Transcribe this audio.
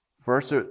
First